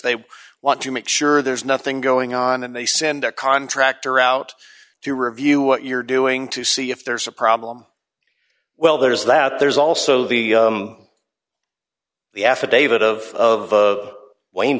they want to make sure there's nothing going on and they send a contractor out to review what you're doing to see if there's a problem well there's that there's also the the affidavit of of of wayne